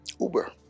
Uber